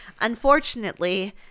Unfortunately